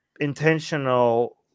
intentional